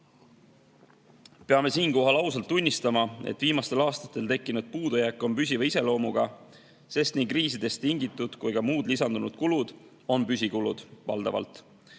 siinkohal ausalt tunnistama, et viimastel aastatel tekkinud puudujääk on püsiva iseloomuga, sest nii kriisidest tingitud kui ka muud lisandunud kulud on valdavalt